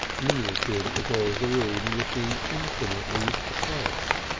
minnie appeared at the door of the room looking infinitely perplexed.